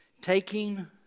Taking